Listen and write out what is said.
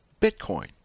Bitcoin